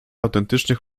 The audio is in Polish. autentycznych